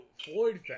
Floyd